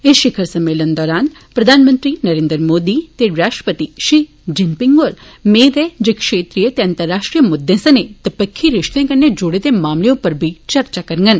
इस शिखर सम्मेलन दौरान प्रधानमंत्री नरेंद्र मोदी ते राष्ट्रपति शि जिनपिंग होर मेद ऐ जे क्षेत्रीय ते अंतररराष्ट्रीय मुद्दे सनें दवक्खी रिश्तें कन्नै जुड़े दे मामलें उप्पर बी चर्चा करंडन